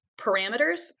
parameters